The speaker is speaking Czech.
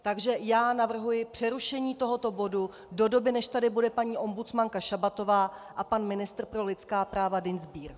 Takže já navrhuji přerušení tohoto bodu do doby, než tady bude paní ombudsmanka Šabatová a pan ministr pro lidská práva Dienstbier.